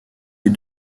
les